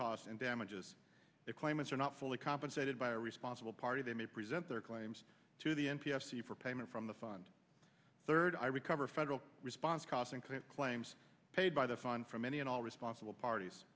costs and damages if claimants are not fully compensated by a responsible party they may present their claims to the n p f c for payment from the fund third i recover federal response crossing claims paid by the fine from any and all responsible parties